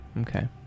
Okay